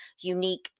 unique